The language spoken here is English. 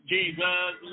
Jesus